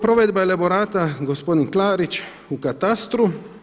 Provedba elaborata, gospodin Klarić, u katastru.